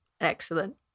Excellent